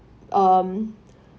um